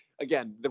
again